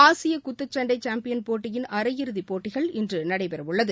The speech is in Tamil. ஆசிய குத்துச்சண்டை சாம்பியன் போட்டியின் அரையிறுதி போட்டிகள்இன்று நடைபெறவுள்ளது